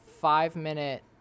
five-minute